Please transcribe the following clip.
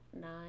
nine